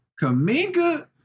Kaminga